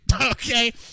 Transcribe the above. Okay